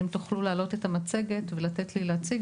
אם תוכלו להעלות את המצגת ולתת לי להציג,